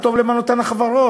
עשו טוב למען אותן החברות.